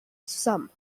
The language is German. zusammen